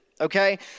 Okay